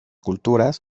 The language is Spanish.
culturas